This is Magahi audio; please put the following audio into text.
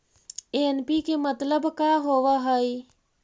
एन.पी.के मतलब का होव हइ?